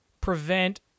prevent